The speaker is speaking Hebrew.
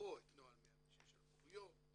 לקרוא את נוהל 106 על בוריו,